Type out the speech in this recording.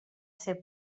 ser